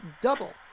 double